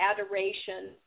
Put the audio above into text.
adoration